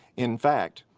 in fact,